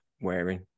wearing